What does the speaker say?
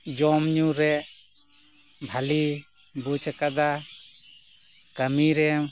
ᱡᱚᱢ ᱧᱩ ᱨᱮ ᱵᱷᱟᱹᱞᱤ ᱵᱩᱡ ᱟᱠᱟᱫᱟ ᱠᱟᱹᱢᱤ ᱨᱮ